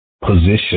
position